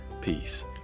peace